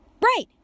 right